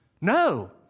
No